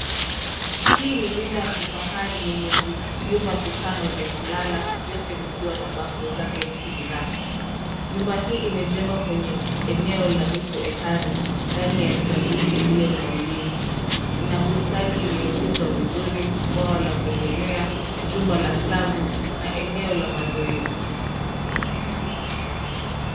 Hii ni nyumba ya kifahari yenye vyumba vitano vya kulala, vyote vikiwa na bafu zake kibinafsi. Nyumba hii imejengwa kwenye eneo la nusu ekari ndani ya jamii iliyo na ulinzi. Ina bustani iliyotunzwa vizuri, bwawa la kuogelea, jumba la klabu na eneo la mazoezi.